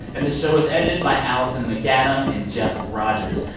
and the show was edited by alison macadam and jeff rogers.